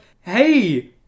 Hey